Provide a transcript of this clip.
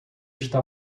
está